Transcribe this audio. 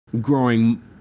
growing